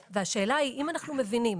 השאלה היא אם אנחנו מבינים